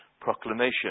proclamation